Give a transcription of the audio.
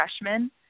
freshman